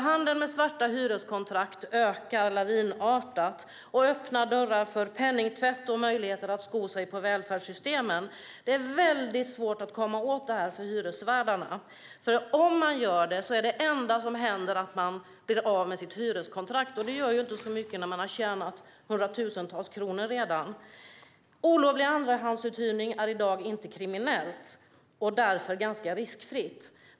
Handeln med svarta hyreskontrakt ökar lavinartat, och det öppnar dörrar för penningtvätt och möjligheter att sko sig på välfärdssystemen. Det är väldigt svårt för hyresvärdarna att komma åt detta. Det enda som händer om de gör det är att man blir av med sitt hyreskontrakt. Och det gör ju inte så mycket när man redan har tjänat hundratusentals kronor. Olovlig andrahandsuthyrning är i dag inte kriminellt och därför ganska riskfritt.